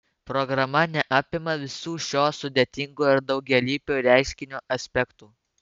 programa neapima visų šio sudėtingo ir daugialypio reiškinio aspektų